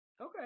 Okay